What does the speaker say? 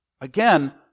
Again